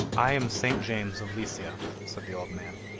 i am st. james of lizia said the old man,